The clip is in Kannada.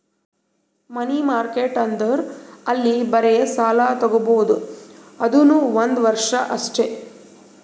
ಮನಿ ಮಾರ್ಕೆಟ್ ಅಂದುರ್ ಅಲ್ಲಿ ಬರೇ ಸಾಲ ತಾಗೊಬೋದ್ ಅದುನೂ ಒಂದ್ ವರ್ಷ ಅಷ್ಟೇ